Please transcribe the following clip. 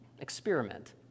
experiment